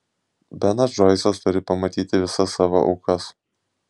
benas džoisas turi pamatyti visas savo aukas